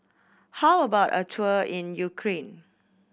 how about a tour in Ukraine